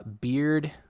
Beard